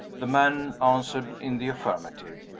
the man answered in the affirmative.